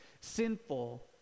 sinful